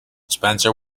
spencer